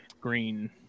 green